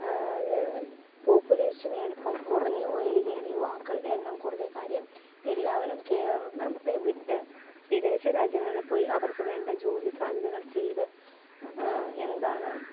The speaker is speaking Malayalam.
ത് പോപുലേഷനെയാണിപ്പം കുറഞ്ഞ് പോയിരിക്കുകയാണ് യുവാക്കളുടെ എണ്ണം കുറഞ്ഞു കാര്യം എല്ലാവരും കേരളത്തെ വിട്ട് വിദേശരാജ്യങ്ങളിൽ പോയി അവർക്ക് വേണ്ട ജോലി സാധ്യതകൾ ചെയ്ത് എന്താണ്